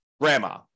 grandma